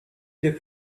over